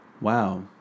Wow